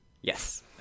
Yes